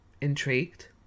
Intrigued